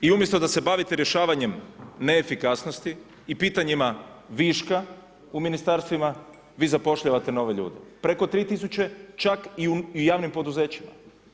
I umjesto da se bavite rješavanjem neefikasnosti i pitanjima viška u Ministarstvima, vi zapošljavate nove ljude, preko 3.000, čak i u javnim poduzećima.